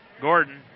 Gordon